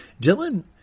Dylan